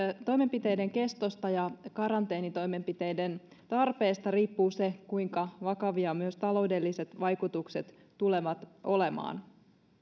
toimenpiteiden kestosta ja karanteenitoimenpiteiden tarpeesta riippuu se kuinka vakavia myös taloudelliset vaikutukset tulevat olemaan